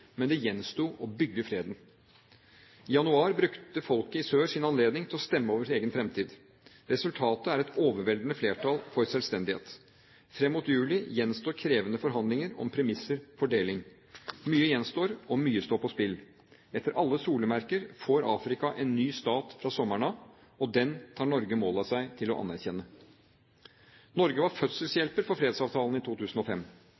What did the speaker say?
men det gjensto å bygge freden. I januar brukte folket i sør sin anledning til å stemme over sin egen fremtid. Resultatet er et overveldende flertall for selvstendighet. Fram mot juli gjenstår krevende forhandlinger om premisser for deling. Mye gjenstår, og mye står på spill. Etter alle solemerker får Afrika en ny stat fra sommeren av, og den tar Norge mål av seg til å anerkjenne. Norge var fødselshjelper for fredsavtalen i 2005.